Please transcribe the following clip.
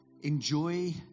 enjoy